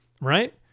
right